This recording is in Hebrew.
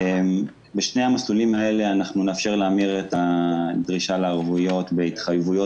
בשני המסלולים האלה נאפשר להמיר את הדרישה לערבויות בהתחייבויות,